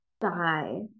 die